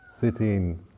sitting